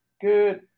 Good